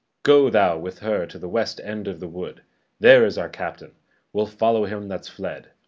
go thou with her to the west end of the wood there is our captain we'll follow him that's fled.